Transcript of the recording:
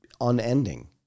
unending